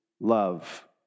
love